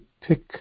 pick